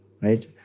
right